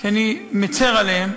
שאני מצר עליהם,